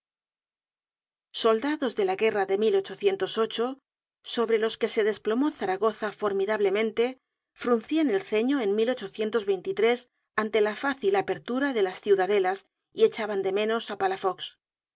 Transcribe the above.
soldados de la guerra de sobre los que se desplomó zaragoza formidablemente fruncian el ceño en ante la fácil apertura de las ciudadelas y echaban de menos á palafox